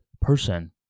person